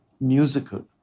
musical